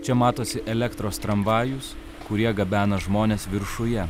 čia matosi elektros tramvajus kurie gabena žmones viršuje